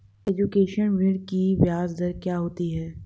Education ऋृण की ब्याज दर क्या होती हैं?